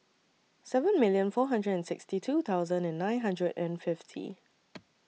seven million four hundred and sixty two thousand and nine hundred and fifty